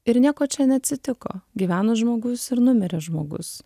ir nieko čia neatsitiko gyveno žmogus ir numirė žmogus